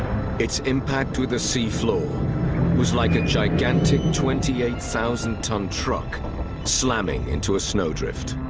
its impact with the seafloor was like a gigantic twenty eight thousand ton truck slamming into a snowdrift.